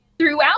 throughout